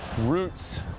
roots